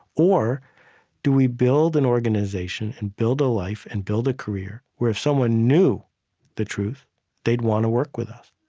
or do we build an organization and build a life and build a career where if someone knew the truth they'd want to work with us?